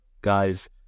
guys